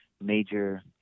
major